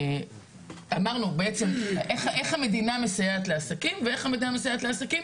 אמרנו איך המדינה מסייעת לעסקים ואיך המדינה מסייעת לעסקים